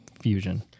fusion